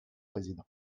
président